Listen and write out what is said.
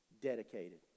dedicated